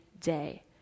day